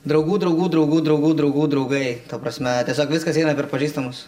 draugų draugų draugų draugų draugų draugai ta prasme tiesiog viskas eina per pažįstamus